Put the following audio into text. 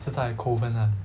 是在 kovan 那里